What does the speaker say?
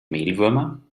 mehlwürmer